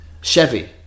Chevy